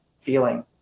feeling